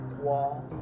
Wall